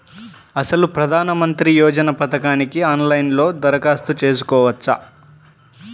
అసలు ప్రధాన మంత్రి యోజన పథకానికి ఆన్లైన్లో దరఖాస్తు చేసుకోవచ్చా?